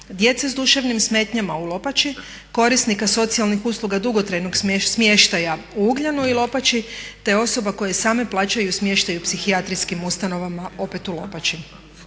djeca s duševnim smetnjama u Lopači, korisnika socijalnih usluga dugotrajnog smještaja u Ugljanu i Lopači, te osoba koje same plaćaju smještaj u psihijatrijskim ustanovama opet u Lopači.